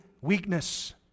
weakness